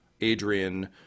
Adrian